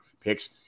picks